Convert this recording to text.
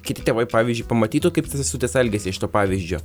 kiti tėvai pavyzdžiui pamatytų kaip sesutės elgiasi iš to pavyzdžio